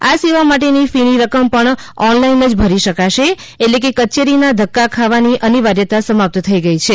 આ સેવા માટે ની ફી ની રકમ પણ ઓનલાઈન જ ભરી શકશે એટલે કચેરી ના ધક્કા ખાવાની અનિવાર્યતા સમાપ્ત થઈ ગઈ છે